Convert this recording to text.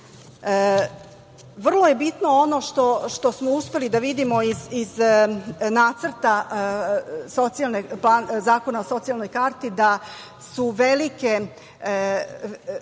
je bitno ono što smo uspeli da vidimo iz Nacrta zakona o socijalnoj karti da je veliki